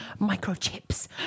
microchips